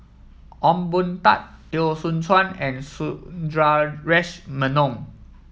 Ong Boon Tat Teo Soon Chuan and Sundaresh Menon